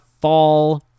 fall